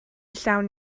llawn